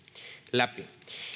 läpi